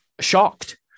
shocked